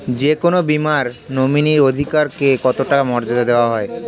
যে কোনো বীমায় নমিনীর অধিকার কে কতটা মর্যাদা দেওয়া হয়?